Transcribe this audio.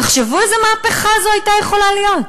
תחשבו איזה מהפכה זו הייתה יכולה להיות.